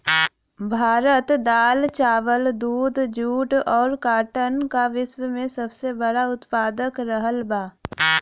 भारत दाल चावल दूध जूट और काटन का विश्व में सबसे बड़ा उतपादक रहल बा